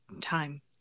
time